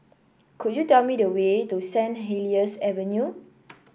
could you tell me the way to Saint Helier's Avenue